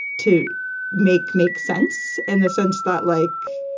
to make make sense in the sense that, like,